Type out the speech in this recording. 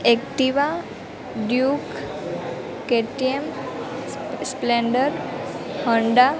Activa duke KTM splendor Honda